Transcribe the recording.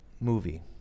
movie